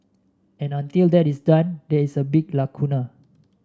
and until that is done there is a big lacuna